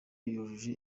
yujuje